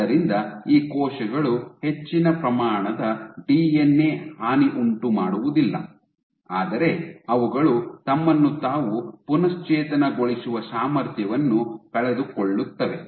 ಆದ್ದರಿಂದ ಈ ಕೋಶಗಳು ಹೆಚ್ಚಿನ ಪ್ರಮಾಣದ ಡಿಎನ್ಎ ಹಾನಿಯನ್ನುಂಟುಮಾಡುವುದಿಲ್ಲ ಆದರೆ ಅವುಗಳು ತಮ್ಮನ್ನು ತಾವು ಪುನಶ್ಚೇತನಗೊಳಿಸುವ ಸಾಮರ್ಥ್ಯವನ್ನು ಕಳೆದುಕೊಳ್ಳುತ್ತವೆ